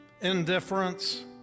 indifference